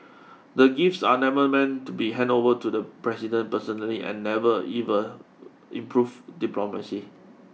the gifts are never meant to be handed over to the president personally and never ever improved diplomacy